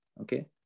Okay